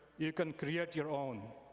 you can create your own.